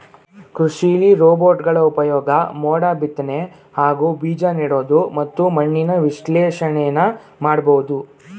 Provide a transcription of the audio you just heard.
ಕೃಷಿಲಿ ರೋಬೋಟ್ಗಳ ಉಪ್ಯೋಗ ಮೋಡ ಬಿತ್ನೆ ಹಾಗೂ ಬೀಜನೆಡೋದು ಮತ್ತು ಮಣ್ಣಿನ ವಿಶ್ಲೇಷಣೆನ ಮಾಡ್ಬೋದು